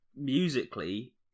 musically